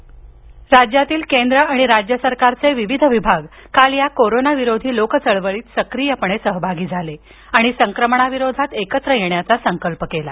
script राज्यातील केंद्र आणि राज्य सरकारचे विविध विभाग काल या कोरोना विरोधी लोक चळवळीत सक्रियपणे सहभागी झाले आणि संक्रमणाविरोधात एकत्र येण्याचा संकल्प केला